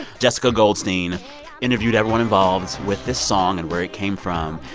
jessica goldstein interviewed everyone involved with this song and where it came from.